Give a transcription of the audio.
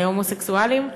ההומוסקסואלים.